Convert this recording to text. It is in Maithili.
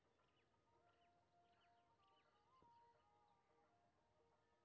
बालू वाला मिट्टी के कोना तैयार करी?